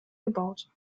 gebaut